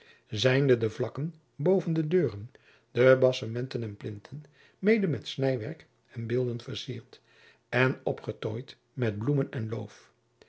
zijnde de vakken boven de deuren de basementen en plinten mede met snijwerk en beelden vercierd en opgetooid met bloemen en loof